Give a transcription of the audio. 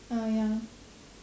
ah ya